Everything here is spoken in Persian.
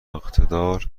اقتدار